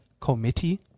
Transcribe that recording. Committee